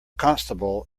constable